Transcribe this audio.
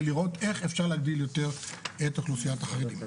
לראות איך אפשר להגדיל יותר את אוכלוסיית החרדים.